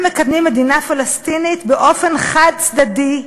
הם מקדמים מדינה פלסטינית באופן חד-צדדי,